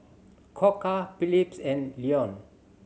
Koka Philips and Lion